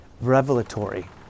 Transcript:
revelatory